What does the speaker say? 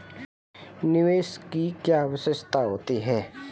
निवेश की क्या विशेषता होती है?